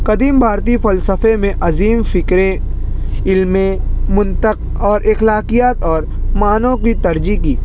قدیم بھارتی فلسفے میں عظیم فقرے علمے منطق اور اخلاقیات اور معنوں ترجیح کی